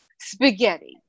spaghetti